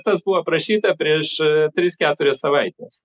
tas buvo aprašyta prieš tris keturias savaites